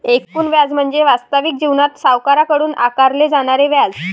एकूण व्याज म्हणजे वास्तविक जीवनात सावकाराकडून आकारले जाणारे व्याज